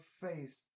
face